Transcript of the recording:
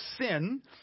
sin